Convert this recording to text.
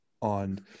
on